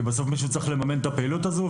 כי בסוף מישהו צריך לממן את הפעילות הזאת.